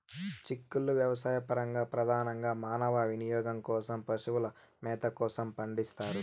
చిక్కుళ్ళు వ్యవసాయపరంగా, ప్రధానంగా మానవ వినియోగం కోసం, పశువుల మేత కోసం పండిస్తారు